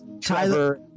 Tyler